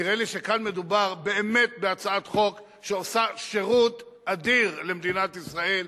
נראה לי שכאן מדובר באמת בהצעת חוק שעושה שירות אדיר למדינת ישראל,